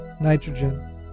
nitrogen